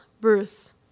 birth